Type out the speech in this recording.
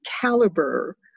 caliber